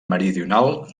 meridional